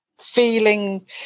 feeling